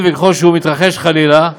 אם וככל שהוא מתרחש, חלילה,